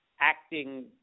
acting